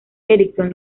ericsson